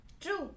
True